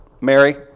Mary